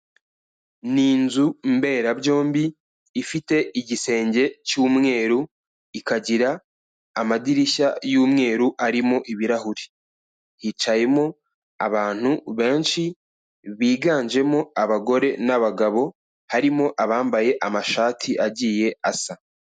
N'inzu mberabyombi ifite igisenge cy'umweru, ikagira amadirishya y'umweru arimo ibirahuri. Hicayemo abantu benshi biganjemo abagore n'abagabo, harimo abambaye amashati agiye asa.